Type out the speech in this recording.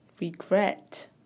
regret